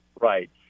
Right